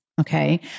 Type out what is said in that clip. Okay